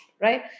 right